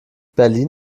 berlin